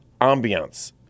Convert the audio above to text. ambiance